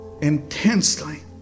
intensely